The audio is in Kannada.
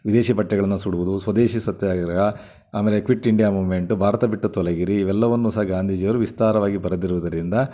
ವಿದೇಶಿ ಬಟ್ಟೆಗಳನ್ನು ಸುಡುವುದು ಸ್ವದೇಶಿ ಸತ್ಯಾಗ್ರಹ ಆಮೇಲೆ ಕ್ವಿಟ್ ಇಂಡ್ಯಾ ಮೂಮೆಂಟ್ ಭಾರತ ಬಿಟ್ಟು ತೊಲಗಿರಿ ಇವೆಲ್ಲವನ್ನೂ ಸಹ ಗಾಂಧೀಜಿಯವ್ರು ವಿಸ್ತಾರವಾಗಿ ಬರೆದಿರುವುದರಿಂದ